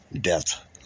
death